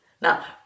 Now